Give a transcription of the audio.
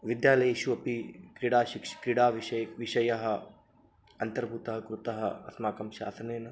विद्यालयेषु अपि क्रीडाशिक् क्रीडाविषये विषयः अन्तर्भूतः कृतः अस्माकं शासनेन